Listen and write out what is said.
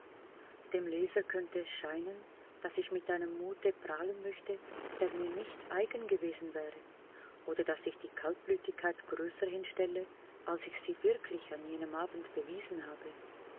dem leser könnte es scheinen daß ich mit einem mute prahlen möchte der mir nicht eigen gewesen wäre oder daß ich die kaltblütigkeit größer hinstelle als ich sie wirklich an jenem abend bewiesen habe